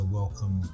welcome